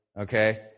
okay